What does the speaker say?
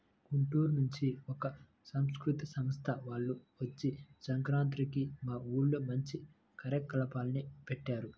గుంటూరు నుంచి ఒక సాంస్కృతిక సంస్థ వాల్లు వచ్చి సంక్రాంతికి మా ఊర్లో మంచి కార్యక్రమాల్ని పెట్టారు